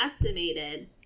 estimated